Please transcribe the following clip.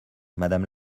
madame